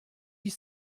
huit